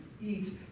Eat